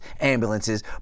ambulances